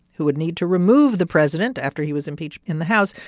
who would need to remove the president after he was impeached in the house,